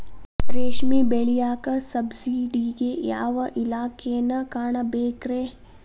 ರೇಷ್ಮಿ ಬೆಳಿಯಾಕ ಸಬ್ಸಿಡಿಗೆ ಯಾವ ಇಲಾಖೆನ ಕಾಣಬೇಕ್ರೇ?